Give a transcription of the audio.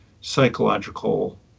psychological